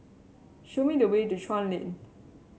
show me the way to Chuan Lane